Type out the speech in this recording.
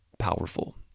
powerful